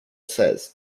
says